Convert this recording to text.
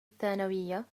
الثانوية